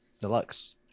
Deluxe